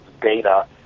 data